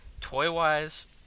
toy-wise